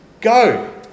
Go